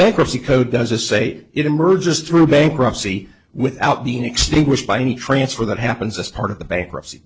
bankruptcy code does it say it emerges through bankruptcy without bein extinguished by any transfer that happens just part of the bankruptcy